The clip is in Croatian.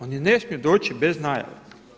Oni ne smiju doći bez najave.